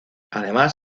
además